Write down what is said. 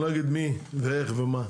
אני לא אגיד מי ואיך ומה,